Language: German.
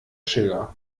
schiller